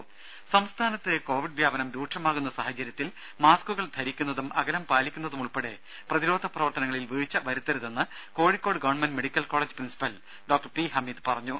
രുമ സംസ്ഥാനത്ത് കോവിഡ് വ്യാപനം രൂക്ഷമാകുന്ന സാഹചര്യത്തിൽ മാസ്കുകൾ ധരിക്കുന്നതും അകലം പാലിക്കുന്നതും ഉൾപ്പെടെ പ്രതിരോധ പ്രവർത്തനങ്ങളിൽ വീഴ്ച വരുത്തരുതെന്ന് Kozhikode government homoeo medical college principal doctor P Hameed പറഞ്ഞു